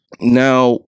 Now